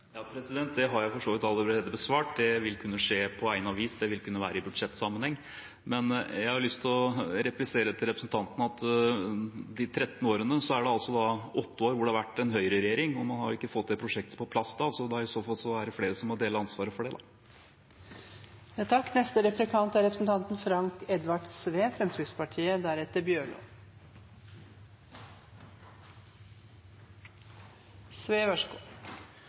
Det har jeg for så vidt allerede besvart. Det vil skje på egnet vis. Det vil f.eks. kunne være i budsjettsammenheng. Men jeg har lyst til å replisere til representanten at på de 13 årene har det altså vært en Høyre-regjering i 8 av dem. Man har ikke fått det prosjektet på plass da, så i så fall er det flere som må dele ansvaret for det. Det er relativt kolsvart i Strynefjellstunnelane, som er nokre av Noregs dårlegaste tunnelar, og ein av dei dårlegaste fjellovergangane, og som er så